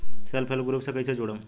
Self help group से कइसे जुड़म?